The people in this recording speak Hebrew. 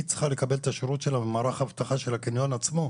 היא צריכה לקבל את השירות שלה ממערך האבטחה של הקניון עצמו,